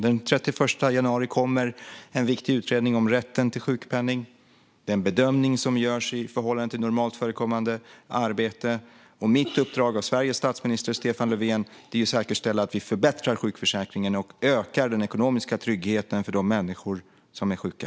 Den 31 januari kommer en viktig utredning om rätten till sjukpenning - den bedömning som görs i förhållande till normalt förekommande arbete. Mitt uppdrag från Sveriges statsminister Stefan Löfven är att säkerställa att vi förbättrar sjukförsäkringen och ökar den ekonomiska tryggheten för de människor som är sjuka.